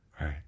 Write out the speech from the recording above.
right